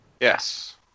Yes